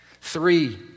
Three